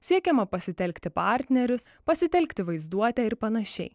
siekiama pasitelkti partnerius pasitelkti vaizduotę ir panašiai